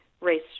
race